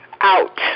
out